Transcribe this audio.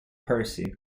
percy